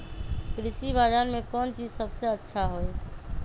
कृषि बजार में कौन चीज सबसे अच्छा होई?